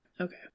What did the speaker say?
Okay